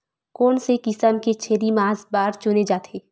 कोन से किसम के छेरी मांस बार चुने जाथे?